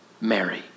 Mary